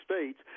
States